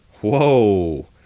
Whoa